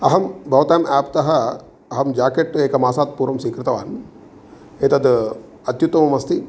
अहं भवताम् आप्तः अहं जाकेट् एक मासात् पूर्वं स्वीकृतवान् एतद् अत्युत्तममस्ति